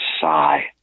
sigh